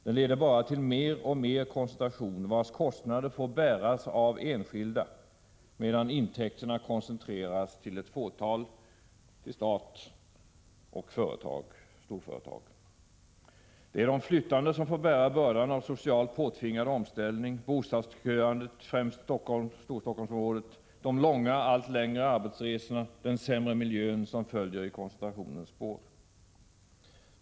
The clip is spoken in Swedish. Den leder bara till mer och mer koncentration, vars kostnader får bäras av enskilda, medan intäkterna koncentreras till ett fåtal — till staten och till storföretag. Det är de flyttande som får bära bördan av socialt påtvingad omställning, bostadsköandet i främst Storstockholmsområdet, de långa och allt längre arbetsresorna, den sämre miljön som följer i koncentrationens spår.